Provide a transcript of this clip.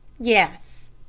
yes,